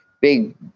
big